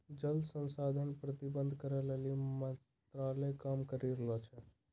जल संसाधन प्रबंधन करै लेली मंत्रालय काम करी रहलो छै